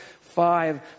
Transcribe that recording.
five